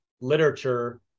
literature